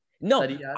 No